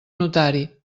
notari